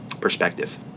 perspective